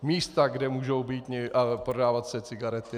Místa, kde můžou být a prodávat se cigarety atd.